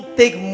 take